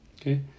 okay